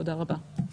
תודה רבה.